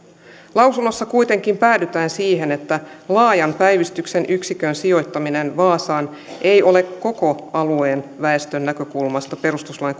lausunnossa kuitenkin päädytään siihen että laajan päivystyksen yksikön sijoittaminen vaasaan ei ole koko alueen väestön näkökulmasta perustuslain